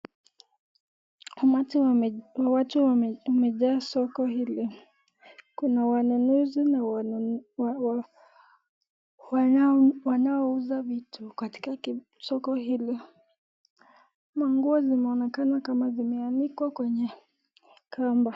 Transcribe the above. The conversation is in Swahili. Umati umejaa soko hili, kuna wanunuzi na wanaouza vitu katika soko hili, manguo zimeonekana kama zimeanikwa kwenye kamba.